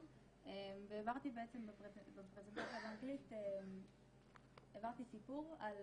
והעברתי בפרזנטציה באנגלית סיפור על